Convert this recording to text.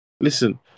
Listen